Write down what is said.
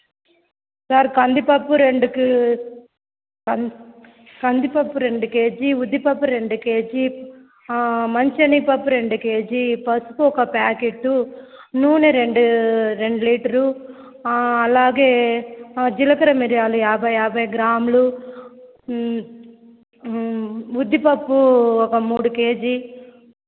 sir కందిపప్పు రెండు కం కందిపప్పు రెండు కేజీ ఉద్దీపవప్పు రెండు కేజీ మంచి శెనగపప్పు రెండు కేజీ పసుపు ఒక ప్యాకెట్టు నూనె రెండు రెండు లీటరు అలాగే జీలకర్ర మిరియాలు యాభై యాభై గ్రాములు ఉద్దీ పప్పు ఒక మూడు కేజీ